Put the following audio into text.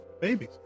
Babies